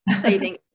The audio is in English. saving